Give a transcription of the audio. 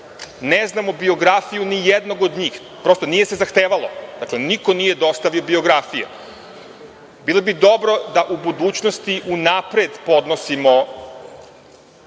Ne znamo biografiju nijednog od njih, prosto, nije se zahtevalo. Dakle, niko nije dostavio biografije. Bilo bi dobro da u budućnosti unapred podnosimo